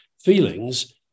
feelings